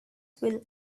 will